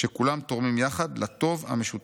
כשכולם תורמים יחד לטוב המשותף.